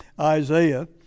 Isaiah